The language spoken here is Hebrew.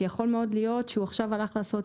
כי יכול מאוד להיות שהוא עכשיו הלך לעשות